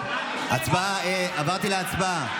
הצבעה, עברתי להצבעה.